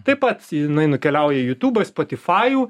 taip pat jinai nukeliauja į jutubą į spotifajų